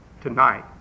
tonight